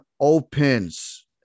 opens